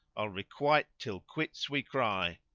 i'll requite till quits we cry!